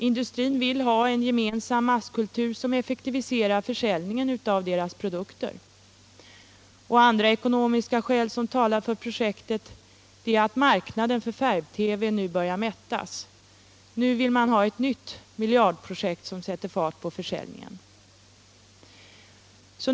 Industrin vill ha en gemensam masskultur som effektiviserar försäljningen av dess produkter. Andra ekonomiska skäl som talar för projektet är att marknaden för färg-TV nu börjar mättas — nu vill man ha ett nytt miljardprojekt som sätter fart på försäljningen.